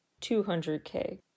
200k